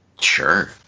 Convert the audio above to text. sure